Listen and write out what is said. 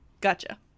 gotcha